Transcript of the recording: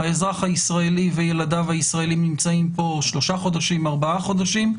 האזרח הישראלי וילדיו הישראלים נמצאים פה שלושה-ארבעה חודשים,